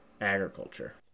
agriculture